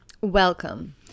Welcome